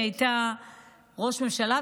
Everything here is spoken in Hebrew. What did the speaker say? היא הייתה ראש ממשלה,